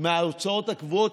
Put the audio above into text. מההוצאות הקבועות,